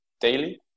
daily